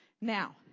now